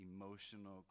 emotional